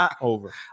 over